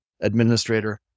administrator